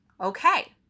Okay